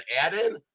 add-in